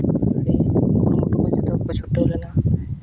ᱟᱹᱰᱤ ᱠᱩᱨᱩᱢᱩᱴᱩ ᱠᱟᱛᱮ ᱠᱚ ᱪᱷᱩᱴᱟᱹᱣ ᱞᱮᱱᱟ